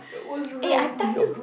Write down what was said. eh I tell you